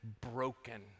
broken